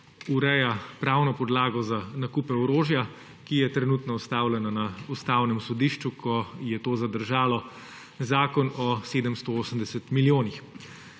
ureja pravno podlago za nakupe orožja, ki je trenutno ustavljeno na Ustavnem sodišču, ko je to zdržalo zakon o 780 milijonih.